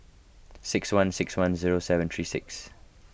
six one six one zero seven three six